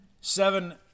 Seven